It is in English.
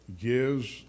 gives